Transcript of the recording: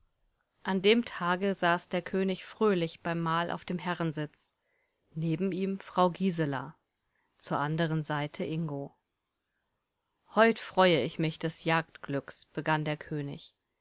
an dem tage saß der könig fröhlich beim mahl auf dem herrensitz neben ihm frau gisela zur anderen seite ingo heut freue ich mich des jagdglücks begann der könig